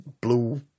blue